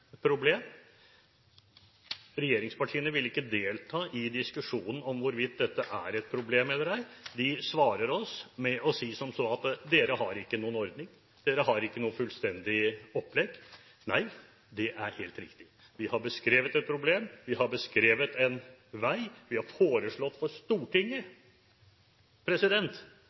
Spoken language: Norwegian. Regjeringspartiene ville ikke delta i diskusjonen om hvorvidt dette er et problem eller ei. De svarer oss med å si: Dere har ikke noen ordning, dere har ikke noe fullstendig opplegg. Nei, det er helt riktig. Vi har beskrevet et problem. Vi har beskrevet en vei. Vi har foreslått for Stortinget